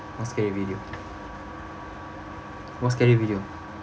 what scary video what scary video